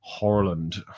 Horland